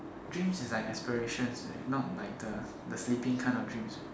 dreams is like aspirations eh not like the the sleeping kind of dreams